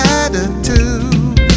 attitude